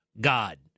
God